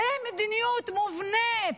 זאת מדיניות מובנית,